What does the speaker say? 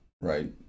Right